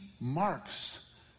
marks